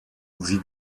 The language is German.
sie